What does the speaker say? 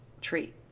treat